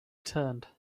turned